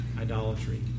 idolatry